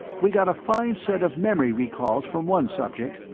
we got a fine set of memory-recalls from one subject,